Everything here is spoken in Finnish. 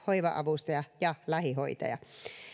hoiva avustaja ja lähihoitaja